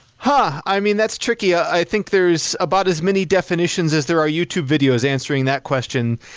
ha! i mean that's tricky. i think there is about as many definitions as there are youtube videos answering that question.